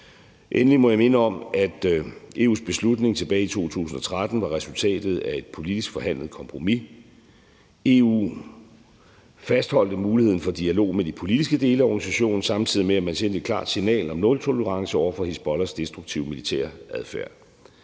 Endelig må jeg minde om, at EU's beslutning tilbage i 2013 var resultatet af et politisk forhandlet kompromis. EU fastholdt muligheden for dialog med de politiske dele af organisationen, samtidig med at man sendte et klart signal om nultolerance over for Hizbollahs destruktive militære adfærd.